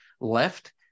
left